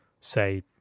say